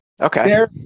Okay